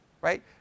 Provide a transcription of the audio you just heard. right